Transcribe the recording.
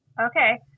Okay